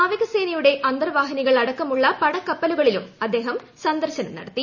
നാവികസേനയുടെ അന്തർവാഹിനികൾ അടക്കമുള്ള പടക്കപ്പലുകളിലും അദ്ദേഹം സന്ദർശനം നടത്തി